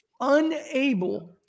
unable